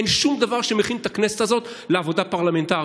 אין שום דבר שמכין את הכנסת הזאת לעבודה פרלמנטרית.